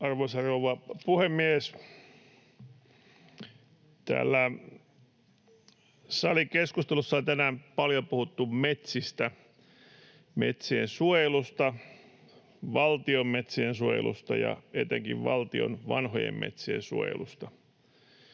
Arvoisa rouva puhemies! Täällä salikeskustelussa on tänään paljon puhuttu metsistä, metsien suojelusta, valtion metsien suojelusta ja etenkin valtion vanhojen metsien suojelusta.